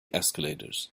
escalators